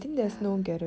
ya